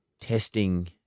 testing